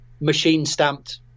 machine-stamped